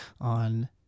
on